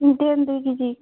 দেন দুই কেজি